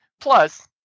plus